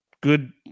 good